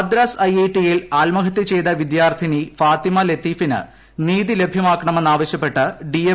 മദ്രാസ് ഐഐടിയിൽ ആത്മഹത്യ ചെയ്ത വദ്യാർത്ഥിനിപ്പ് ഫാത്തിമ ലത്തീഫിന് നീതി ലഭ്യമാക്കണമെന്ന് ആവശ്യപ്പെട്ട് ഡീ എം